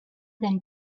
than